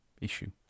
issue